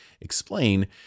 explain